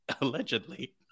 Allegedly